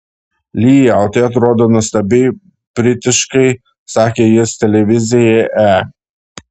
lyja o tai atrodo nuostabiai britiškai sakė jis televizijai e